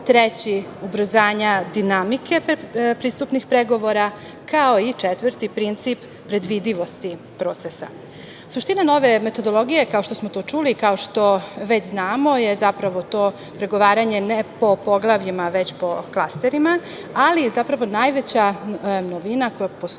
treći – ubrzanja dinamike pristupnih pregovara, kao i četvrti princip – predvidivosti procesa. Suština nove metodologije, kao što smo to čuli i kao što već znamo, je zapravo to pregovaranje ne po poglavljima, već po klasterima, ali zapravo najveća novina koja postoji,